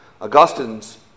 Augustine's